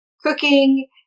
cooking